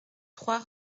trois